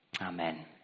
Amen